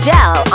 Gel